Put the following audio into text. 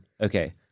Okay